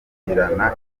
kugirana